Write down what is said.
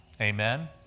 amen